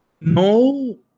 no